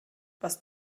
was